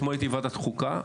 אתמול הייתי בוועדת חוקה,